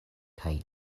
kaj